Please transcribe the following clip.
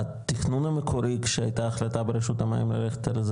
התכנון המקורי כשהייתה החלטה ברשות המים ללכת על זה,